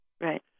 Right